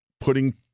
putting